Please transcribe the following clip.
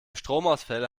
stromausfälle